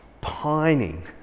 pining